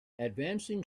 advancing